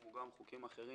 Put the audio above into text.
כמו גם חוקים אחרים